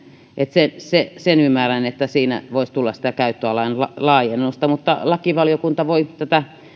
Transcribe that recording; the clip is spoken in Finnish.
että sen ymmärrän että siinä voisi tulla sitä käyttöalan laajennusta lakivaliokunta voi tätä